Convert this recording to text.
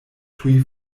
tuj